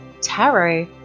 tarot